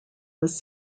was